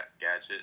Gadget